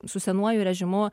su senuoju režimu